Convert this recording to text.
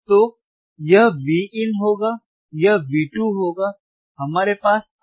तो यह Vin होगा यह V2 होगा हमारे यहां R है